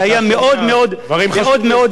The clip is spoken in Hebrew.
שהיה מאוד מאוד עדין,